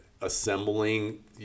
assembling